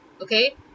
okay